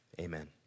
Amen